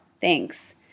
Thanks